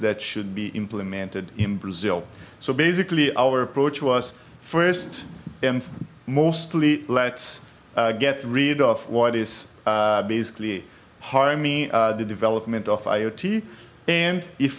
that should be implemented in brazil so basically our approach was first and mostly let's get rid of what is basically harming the development of i